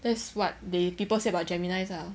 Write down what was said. that's what they people say about geminis ah